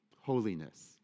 Holiness